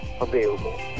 available